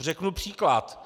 Řeknu příklad.